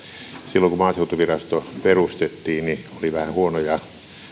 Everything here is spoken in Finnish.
silloin kun maaseutuvirasto perustettiin oli vähän huonoja